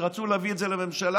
כשרצו להביא את זה לממשלה,